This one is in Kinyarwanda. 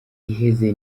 iheze